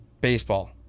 Baseball